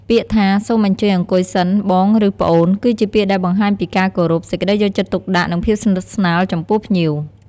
ពាក្យថា "សូមអញ្ជើញអង្គុយសិន បង ឬ ប្អូន" គឺជាពាក្យដែលបង្ហាញពីការគោរព សេចក្ដីយកចិត្តទុកដាក់ និងភាពស្និទ្ធស្នាលចំពោះភ្ញៀវ។